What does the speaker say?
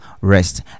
rest